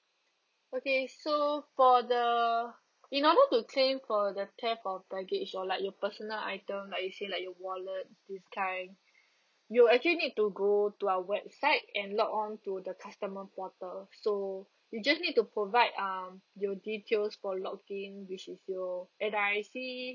okay so for the in order to claim for the theft of baggage or like your personal items like you say your wallet this kind you actually need to go to our website and log on to the customer portal so you just need to provide um your details for log in which is your N_R_I_C